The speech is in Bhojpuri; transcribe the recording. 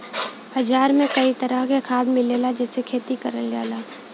बाजार में कई तरह के खाद मिलला जेसे खेती करल जाला